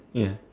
ya